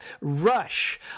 rush